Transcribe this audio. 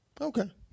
Okay